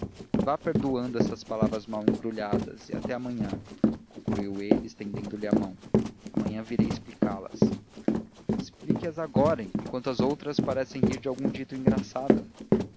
vá perdoando estas palavras mal embrulhadas e até amanhã concluiu ele estendendo-lhe a mão amanhã virei explicá las explique as agora enquanto os outros parecem rir de algum dito engraçado